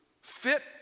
fit